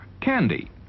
Candy